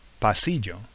pasillo